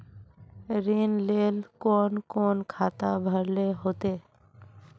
ऋण लेल कोन कोन खाता भरेले होते?